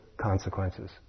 consequences